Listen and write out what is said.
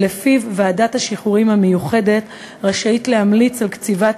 ולפיו ועדת השחרורים המיוחדת רשאית להמליץ על קציבת